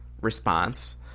response